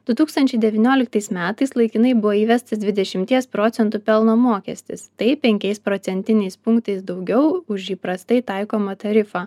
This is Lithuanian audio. du tūkstančiai devynioliktais metais laikinai buvo įvestas dvidešimties procentų pelno mokestis tai penkiais procentiniais punktais daugiau už įprastai taikomą tarifą